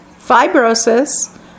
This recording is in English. fibrosis